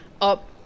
up